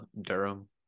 Durham